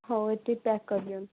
ହଉ ଏତିକି ପ୍ୟାକ୍ କରିଦିଅନ୍ତୁ